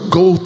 go